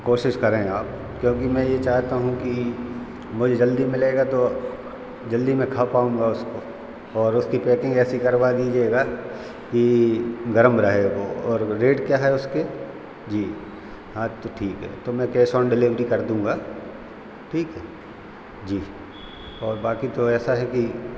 कोशिश करें आप क्योंकि मैं यह चाहता हूँ कि मुझे जल्दी मिलेगा तो जल्दी मैं खा पाऊँगा उसको और उसकी पैकिंग ऐसी करवा दीजिएगा कि गर्म रहे वे और रेट क्या है उसके जी हाँ तो ठीक है तो मैं कैस ऑन डिलीवरी कर दूँगा ठीक है जी और बाक़ी तो ऐसा है कि